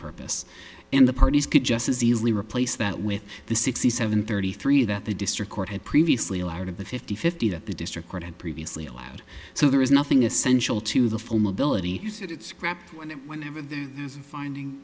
purpose and the parties could just as easily replace that with the sixty seven thirty three that the district court had previously allowed of the fifty fifty that the district court had previously allowed so there is nothing essential to the film ability use it it's crap when it whenever there's a finding